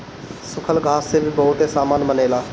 सूखल घास से भी बहुते सामान बनेला